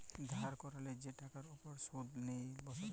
ধার ক্যরলে যে টাকার উপর শুধ লেই বসরে